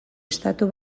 estatu